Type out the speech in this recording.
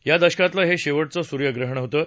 या दशकातलं हे शेवटचं सूर्यग्रहण होतं